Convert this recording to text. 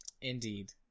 Indeed